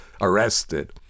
arrested